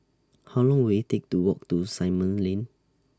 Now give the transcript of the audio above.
How Long Will IT Take to Walk to Simon Lane